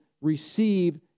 receive